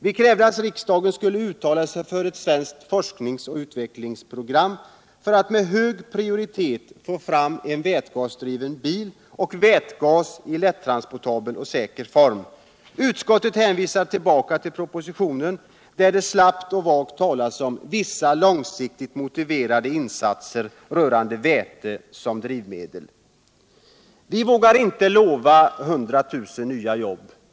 Vi krävde att riksdagen skulle uttala sig för ett svenskt forsknings och utvecklingsprogram för att med hög prioritet få fram en vätgasdriven bil och välgas 1 lättransportabel och säker form. Utskottet hänvisar tillbaka till propositionen, där det slappt och vagt talas om vissa långsiktigt motiverade insatser rörande väte som drivmedel. Vi vågar inte tova 100 000 nya iobb.